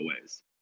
ways